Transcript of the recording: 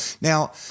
Now